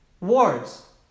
wars